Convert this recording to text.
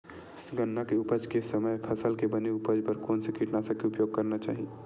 गन्ना के उपज के समय फसल के बने उपज बर कोन से कीटनाशक के उपयोग करना चाहि?